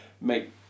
make